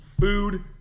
food